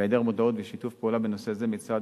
בהיעדר מודעות ושיתוף פעולה בנושא זה מצד,